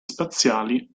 spaziali